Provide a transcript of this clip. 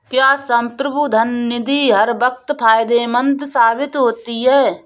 क्या संप्रभु धन निधि हर वक्त फायदेमंद साबित होती है?